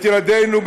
את ילדינו,